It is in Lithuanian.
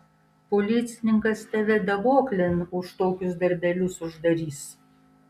policininkas tave daboklėn už tokius darbelius uždarys